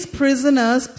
prisoners